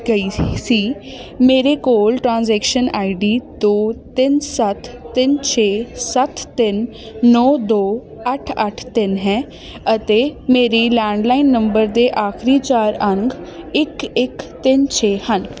ਗਈ ਸੀ ਮੇਰੇ ਕੋਲ ਟ੍ਰਾਂਜੈਕਸ਼ਨ ਆਈ ਡੀ ਦੋ ਤਿੰਨ ਸੱਤ ਤਿੰਨ ਛੇ ਸੱਤ ਤਿੰਨ ਨੌ ਦੋ ਅੱਠ ਅੱਠ ਤਿੰਨ ਹੈ ਅਤੇ ਮੇਰੇ ਲੈਂਡਲਾਈਨ ਨੰਬਰ ਦੇ ਆਖਰੀ ਚਾਰ ਅੰਕ ਇੱਕ ਇੱਕ ਤਿੰਨ ਛੇ ਹਨ